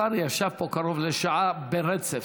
השר ישב פה קרוב לשעה ברצף.